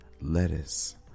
lettuce